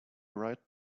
right